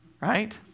right